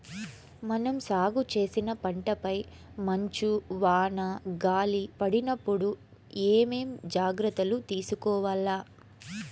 మనం సాగు చేసిన పంటపై మంచు, వాన, గాలి పడినప్పుడు ఏమేం జాగ్రత్తలు తీసుకోవల్ల?